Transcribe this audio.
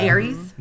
Aries